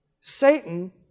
Satan